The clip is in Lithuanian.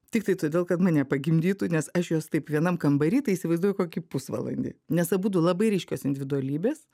tiktai todėl kad mane pagimdytų nes aš juos taip vienam kambary tai įsivaizduoju kokį pusvalandį nes abudu labai ryškios individualybės